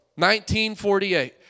1948